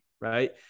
right